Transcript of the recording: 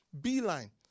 beeline